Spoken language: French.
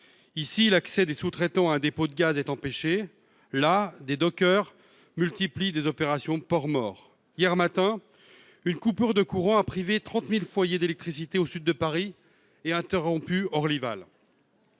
Ici, l'accès des sous-traitants à un dépôt de gaz est empêché ; là, des dockers multiplient les opérations « ports morts ». Hier matin, une coupure de courant a privé 30 000 foyers d'électricité au sud de Paris et interrompu Orlyval.